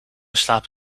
slaapt